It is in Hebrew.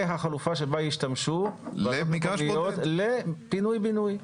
החלופה שבה ישתמשו בתכניות לפינוי בינוי.